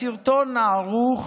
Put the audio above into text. בסרטון הערוך